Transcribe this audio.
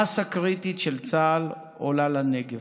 מאסה קריטית של צה"ל עולה לנגב.